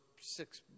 six